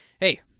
hey